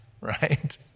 right